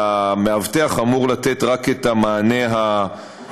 והמאבטח אמור לתת רק את המענה הראשוני.